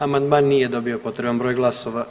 Amandman nije dobio potreban broj glasova.